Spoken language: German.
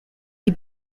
die